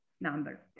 number